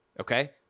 okay